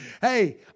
hey